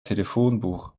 telefonbuch